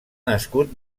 nascut